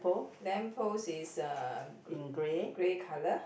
lamp post is uh g~ grey colour